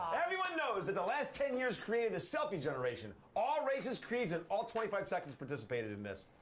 everyone knows that the last ten years created the selfie generation. all races, creeds and all twenty five sexes participated in this.